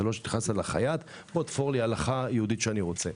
זה לא שאתה נכנס לחייט: "בוא ותפור לי הלכה יהודית שאני רוצה".